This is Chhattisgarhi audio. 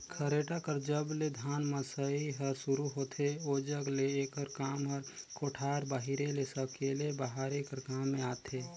खरेटा कर जब ले धान मसई हर सुरू होथे ओजग ले एकर काम हर कोठार बाहिरे ले सकेले बहारे कर काम मे आथे